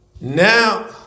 Now